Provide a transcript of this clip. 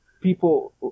people